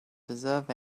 deserve